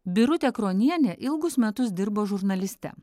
birutė kronienė ilgus metus dirbo žurnaliste